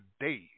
days